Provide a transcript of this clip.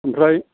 ओमफ्राय